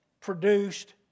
produced